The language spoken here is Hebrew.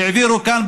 והעבירו כאן,